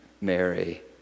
Mary